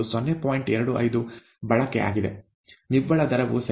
25 ಬಳಕೆ ಆಗಿದೆ ನಿವ್ವಳ ದರವು ಸೆಕೆಂಡಿಗೆ 15